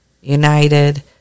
united